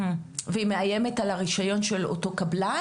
והחקירה הכלכלית מאיימת על הרישיון של אותו קבלן?